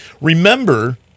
Remember